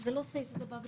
זה לא סעיף, זה בהגדרה.